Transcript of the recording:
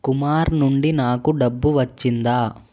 కుమార్ నుండి నాకు డబ్బు వచ్చిందా